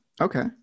Okay